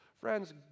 Friends